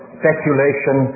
speculation